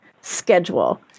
schedule